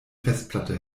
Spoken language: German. festplatte